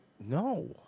No